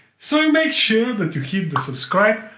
so make sure but you hit the subscribe,